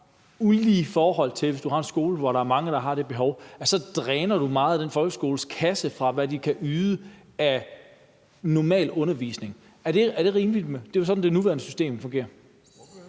ulige forhold. Hvis du har en skole, hvor der er mange, der har det behov, så dræner du den folkeskoles kasse meget for, hvad den kan yde af normal undervisning. Er det rimeligt? Det er jo sådan, det nuværende system fungerer.